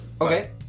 Okay